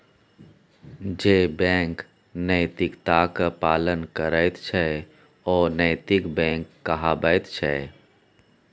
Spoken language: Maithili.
जे बैंक नैतिकताक पालन करैत छै ओ नैतिक बैंक कहाबैत छै